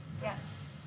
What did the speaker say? yes